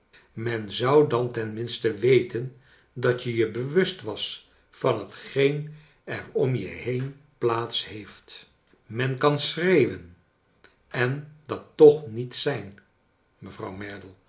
men zou dan tenminste weten dat je je bewust was van hetgeen er om je been plaats heeft men kan schreeeuwen en dat toch niet zijn mevrouw